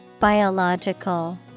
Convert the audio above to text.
Biological